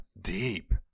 deep